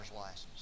license